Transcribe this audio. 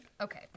okay